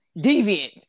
deviant